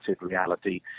reality